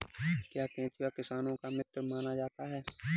क्या केंचुआ किसानों का मित्र माना जाता है?